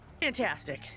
Fantastic